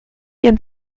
ihren